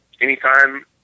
anytime